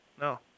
No